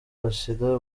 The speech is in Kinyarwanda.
ashira